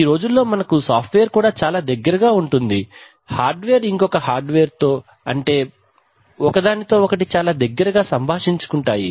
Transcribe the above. ఈ రోజుల్లో మనకు సాఫ్ట్ వేర్ కూడా చాలా దగ్గరగా ఉంటుంది హార్డ్ వేర్ ఇంకొక హార్డ్ వేర్ తో అంటే అవి ఒకదానితో ఒకటి చాలా దగ్గరగా సంభాషించుకుంటాయి